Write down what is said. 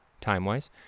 time-wise